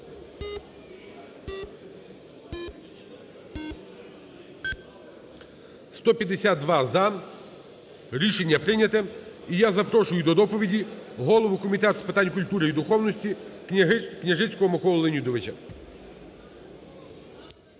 За-152 Рішення прийнято. І я запрошую до доповіді голову Комітету з питань культури і духовності Княжицького Миколу Леонідовича.